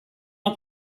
not